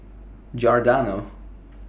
Giordano